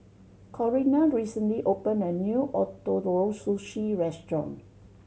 Corinna recently opened a new Ootoro Sushi Restaurant